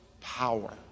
power